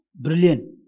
brilliant